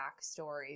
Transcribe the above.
backstory